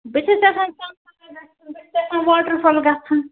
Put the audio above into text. بہٕ چھَس یَژھان سۄنہٕ مگرٕگ گَژھُن بہٕ چھَس یَژھان واٹر فال گَژھُن